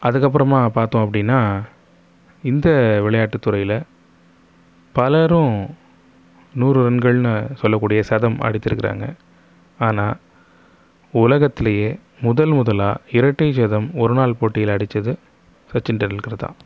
அதுக்கப்புறமா பார்த்தோம் அப்படின்னா இந்த விளையாட்டுத் துறையில் பலரும் நூறு ரன்கள்னு சொல்லக் கூடிய சதம் அடித்திருக்கிறாங்க ஆனால் உலகத்திலியே முதன்முதலாக இரட்டை சதம் ஒரு நாள் போட்டியில் அடித்தது சச்சின் டெண்டுல்கர் தான்